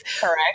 Correct